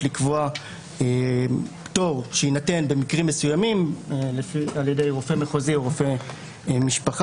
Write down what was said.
לקבוע פטור שיינתן במקרים מסוימים על ידי רופא מחוזי או רופא משפחה,